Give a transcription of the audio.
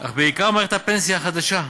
אך בעיקר למערכת הפנסיה החדשה.